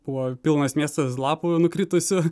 buvo pilnas miestas lapų nukritusių